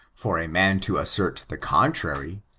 for a man to assert the contrary,